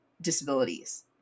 disabilities